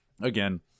again